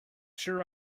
sure